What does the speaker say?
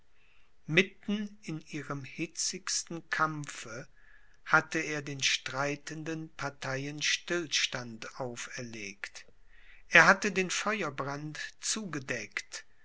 mitten in ihrem hitzigsten kampfe hatte er den streitenden parteien stillstand auferlegt er hatte den feuerbrand zugedeckt